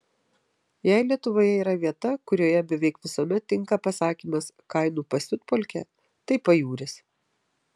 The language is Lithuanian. jei lietuvoje yra vieta kurioje beveik visuomet tinka pasakymas kainų pasiutpolkė tai pajūris